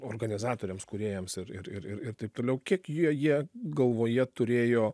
organizatoriams kūrėjams ir ir ir taip toliau kiek jie galvoje turėjo